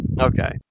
Okay